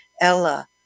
Ella